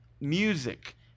music